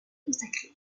consacrer